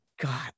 God